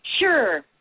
Sure